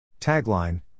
Tagline